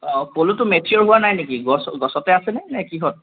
অঁ পলুটো মেছিয়ৰ হোৱা নাই নেকি গছ গছতে আছেনে নে কিহত